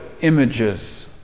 images